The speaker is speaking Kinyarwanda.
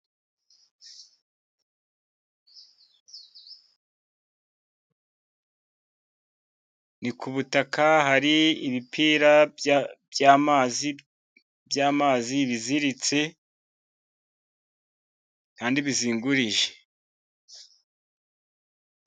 Ni ku butaka, hari ibipira by'amazi biziritse kandi bizingiriye.